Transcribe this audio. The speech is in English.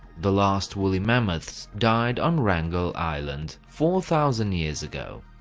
the last woolly mammoths died on wrangel island four thousand years ago.